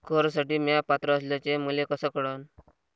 कर्जसाठी म्या पात्र असल्याचे मले कस कळन?